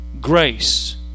grace